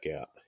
out